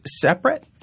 separate